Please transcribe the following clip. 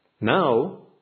Now